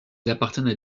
appartiennent